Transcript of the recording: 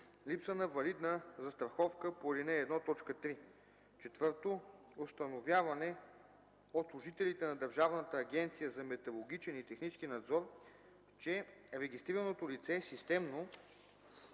липса на валидна застраховка по ал. 1, т. 3; 4. установяване от служителите на Държавната агенция за метрологичен и технически надзор, че регистрираното лице системно